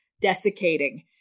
desiccating